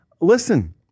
Listen